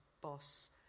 boss